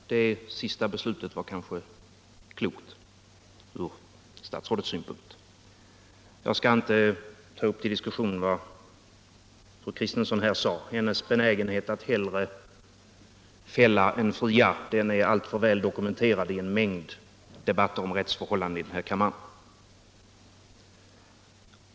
Herr talman! Det senaste beslutet var kanske klokt ur statsrådets synpunkt. Jag skall inte ta upp till diskussion vad fru Kristensson här sade. Hennes benägenhet att hellre fälla än fria är alltför väl dokumenterad här i kammaren i en mängd debatter om rättsförhållanden.